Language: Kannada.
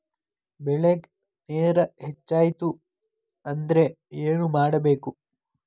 ಬೆಳೇಗ್ ನೇರ ಹೆಚ್ಚಾಯ್ತು ಅಂದ್ರೆ ಏನು ಮಾಡಬೇಕು?